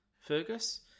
Fergus